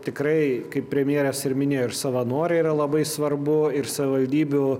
tikrai kaip premjeras ir minėjo ir savanoriai yra labai svarbu ir savivaldybių